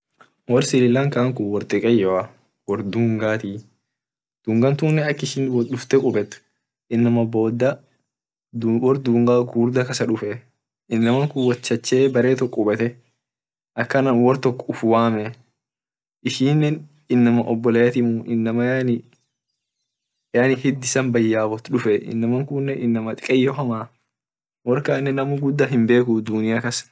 Wor sri lanka woe dikeyoa wor dungatii dungan tunne ak ishi wot dufte kubet inama kun wot chachee barre tok kubete akana wor tok ufwamee ishinne inama obeleatimuu inama yaani hid isa baya wot dufee inaka kunne inama dikeyo hamaa wor kanne guda namu hinbekuu dunia kas.